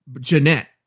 Jeanette